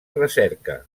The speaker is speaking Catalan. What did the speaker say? recerca